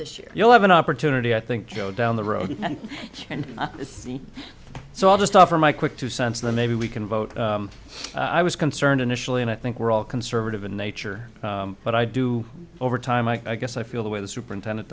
this year you'll have an opportunity i think go down the road and if so i'll just offer my quick to sense that maybe we can vote i was concerned initially and i think we're all conservative in nature but i do over time i guess i feel the way the superintendent